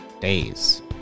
days